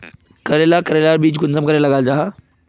करेला करेलार बीज कुंसम करे लगा जाहा?